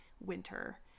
winter